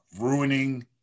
ruining